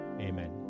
Amen